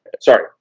Sorry